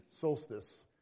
solstice